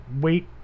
wait